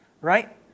right